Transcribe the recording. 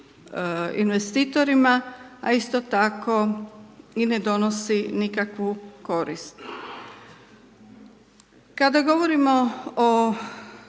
investitorima, a isto tako i ne donosi nikakvu korist. Kada govorimo o